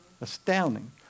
Astounding